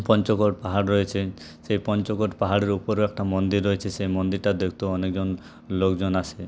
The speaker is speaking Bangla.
পঞ্চকোট পাহাড় রয়েছে সেই পঞ্চকোট পাহাড়ের ওপরেও একটা মন্দির রয়েছে সেই মন্দিরটা দেখতেও অনেকজন লোকজন আসে